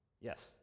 Yes